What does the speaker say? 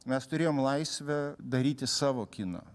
mes turėjom laisvę daryti savo kiną